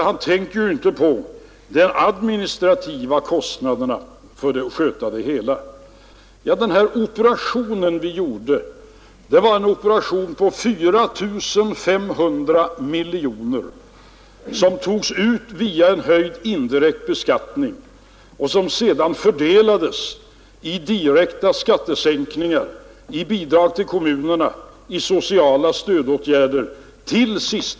Han tänker ju inte på de administrativa kostnaderna för att sköta det hela.” Den här operationen vi gjorde gällde 4 500 miljoner, som togs ut via indirekt beskattning och som sedan till sista kronan fördelades på direkta skattesänkningar, bidrag till kommunerna och sociala stödåtgärder.